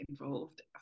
involved